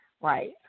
Right